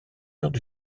heures